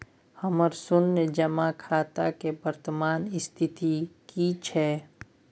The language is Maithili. हमर शुन्य जमा खाता के वर्तमान स्थिति की छै?